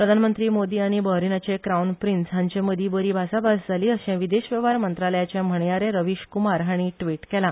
प्रधानमंत्री मोदी आनी बहरीनाचे क्राऊन प्रिन्स हांचेमदी बरी भासाभास जाली अशे विदेश वेवहार मंत्रालयाचे म्हणयारे रविश कुमार हाणी ट्रिट केला